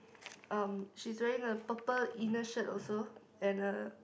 um she is wearing a purple inner shirt also and a